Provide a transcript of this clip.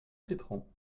citron